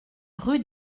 rue